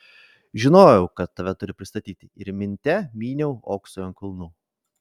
žinojau kad tave turi pristatyti ir minte myniau oksui ant kulnų